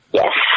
yes